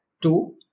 two